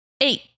Eight